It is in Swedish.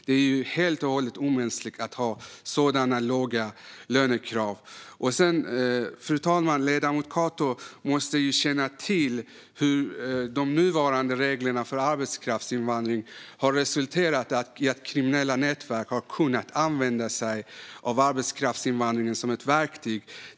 Det är helt och hållet omänskligt att ha så låga lönekrav. Fru talman! Ledamoten Cato måste ju känna till att de nuvarande reglerna för arbetskraftsinvandring har resulterat i att kriminella nätverk har kunnat använda sig av arbetskraftsinvandringen som ett verktyg.